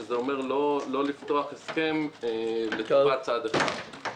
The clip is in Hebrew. שזה אומר לא לפתוח הסכם על ידי צד אחד.